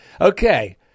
Okay